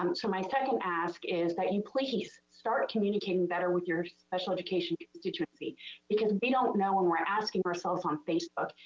um so my second ask is that you please start communicating better with your special education constituency because we don't know, and we're asking ourselves on facebook,